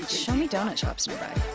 show me donut shops nearby.